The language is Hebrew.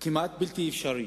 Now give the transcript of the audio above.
כמעט בלתי אפשרי.